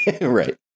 Right